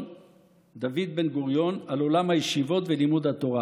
דוד בן-גוריון על עולם הישיבות ולימוד התורה,